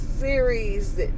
series